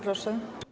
Proszę.